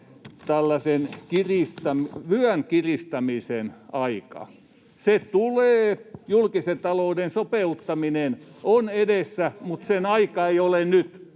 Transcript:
tällaisen vyön kiristämisen aika. [Sari Sarkomaan välihuuto] Se tulee, julkisen talouden sopeuttaminen on edessä, mutta sen aika ei ole nyt.